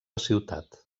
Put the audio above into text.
ciutat